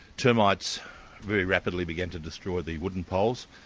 termites very rapidly began to destroy the wooden poles,